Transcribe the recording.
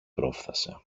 πρόφθασε